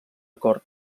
acord